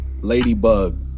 Ladybug